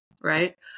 right